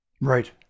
Right